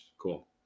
Cool